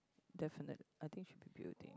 definite I think should be building